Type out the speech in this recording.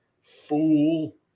fool